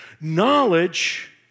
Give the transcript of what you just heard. Knowledge